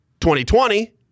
2020